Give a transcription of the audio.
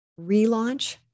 Relaunch